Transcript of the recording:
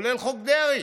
כולל חוק דרעי.